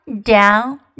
down